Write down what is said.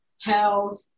health